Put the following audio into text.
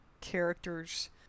characters